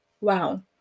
wow